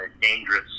dangerous